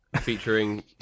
featuring